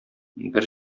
бер